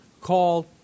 called